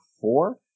four